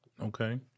Okay